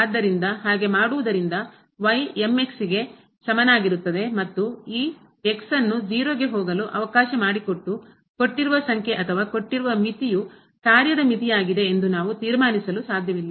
ಆದ್ದರಿಂದ ಹಾಗೆ ಮಾಡುವುದರಿಂದ y mx ಗೆ ಸಮನಾಗಿರುತ್ತದೆ ಮತ್ತು ಈ ಅನ್ನು ಗೆ ಹೋಗಲು ಅವಕಾಶ ಮಾಡಿಕೊಟ್ಟು ಕೊಟ್ಟಿರುವ ಸಂಖ್ಯೆ ಅಥವಾ ಕೊಟ್ಟಿರುವ ಮಿತಿಯು ಕಾರ್ಯದ ಮಿತಿಯಾಗಿದೆ ಎಂದು ನಾವು ತೀರ್ಮಾನಿಸಲು ಸಾಧ್ಯವಿಲ್ಲ